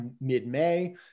mid-May